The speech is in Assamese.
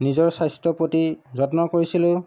নিজৰ স্বাস্থ্যৰ প্ৰতি যত্ন কৰিছিলোঁ